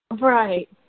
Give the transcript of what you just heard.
Right